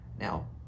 Now